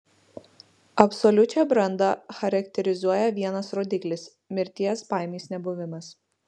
absoliučią brandą charakterizuoja vienas rodiklis mirties baimės nebuvimas